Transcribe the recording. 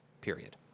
period